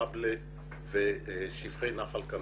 חבל'ה ושפכי נחל קנה.